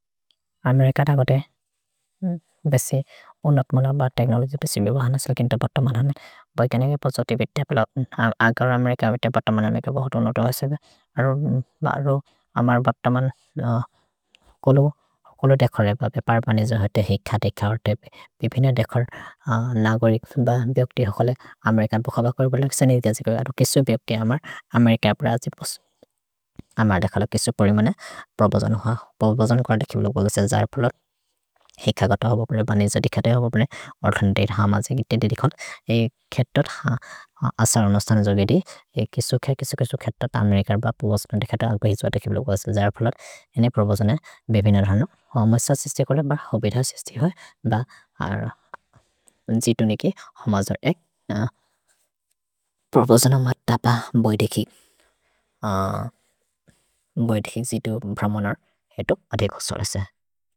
अमेरिकत् अगते बेसि उनत्मन ब तेक्नोलोजि पेसि बिवहन सिल किन्त बत मनमे। भै क्ēनेगे पोसो तिबित् त्ēपिल अगर् अमेरिकबेते बत मनमे ते बहुत् उनतहसेबे। अरु अमर् बत मनमे कोलो देखर् ए बबे। पर्पनि जोहते हिख देखर् तेपे। भिभिन देखर् नगरि बिवक्ति हखले अमेरिकत् बुखबकरि। भोल किस निति असिकर् अत केसु बिवक्ति अमर् अमेरिकत् प्रएअजिपोस्। अमर् देखल केसु परिमन प्रबजन ह। प्रबजन कत किपिल बोलसल् जरफुलर्। हिख गत हबप्ने बनेज देखत हबप्ने। अद्खन त्ēर् हमज गित ते देखन्। ए खेतर् असर् अनस्तन जोगेदि। ए केसु खेतर् तमेरिकर् ब। प्रबजन देखत अर्पहिज कत किपिल बोलसल् जरफुलर्। Ēने प्रबजन बिभिन देखन। हमस सिस्ते कोल बर् हबिध सिस्ते है। भ अर् जितो नेके हमस ए। प्रबजन मर् तप बै देखि। भै देखि जितो ब्रह्मन हेतो अधेख सरस।